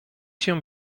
się